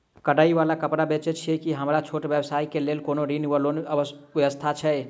कढ़ाई वला कापड़ बेचै छीयै की हमरा छोट व्यवसाय केँ लेल कोनो ऋण वा लोन व्यवस्था छै?